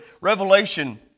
Revelation